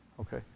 okay